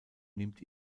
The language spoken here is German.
nimmt